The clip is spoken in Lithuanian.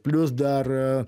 plius dar